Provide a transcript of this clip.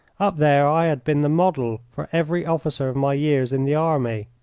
up there i had been the model for every officer of my years in the army.